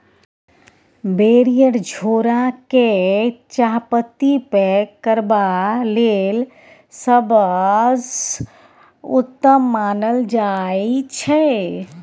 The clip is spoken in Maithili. बैरिएर झोरा केँ चाहपत्ती पैक करबा लेल सबसँ उत्तम मानल जाइ छै